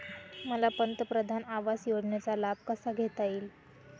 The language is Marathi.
मला पंतप्रधान आवास योजनेचा लाभ कसा घेता येईल?